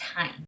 time